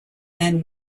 and